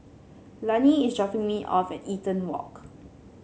Lani is dropping me off at Eaton Walk